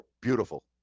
beautiful